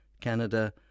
Canada